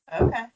Okay